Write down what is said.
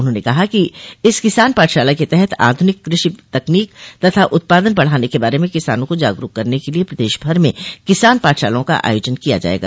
उन्होंने कहा कि इस किसान पाठशाला के तहत आधुनिक कृषि तकनीक तथा उत्पादन बढ़ाने के बारे में किसानों को जागरूक करने के लिये प्रदेश भर में किसान पाठशालाओं का आयोजन किया जायेगा